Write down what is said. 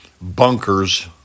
bunkers